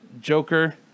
Joker